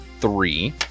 three